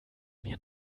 mir